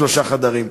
שלושה חדרים,